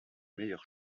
meilleur